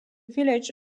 village